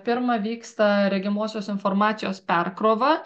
pirma vyksta regimosios informacijos perkrova